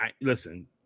Listen